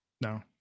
No